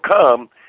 come